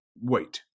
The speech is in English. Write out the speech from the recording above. wait